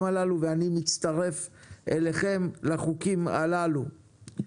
הללו ואני מצטרף אליכם לחוקים הללו.